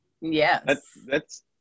Yes